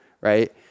right